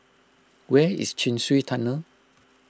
where is Chin Swee Tunnel